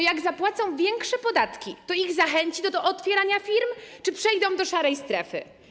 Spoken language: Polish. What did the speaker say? Jak zapłacą większe podatki, to zachęci ich to do otwierania firm, czy przejdą do szarej strefy?